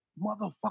motherfucker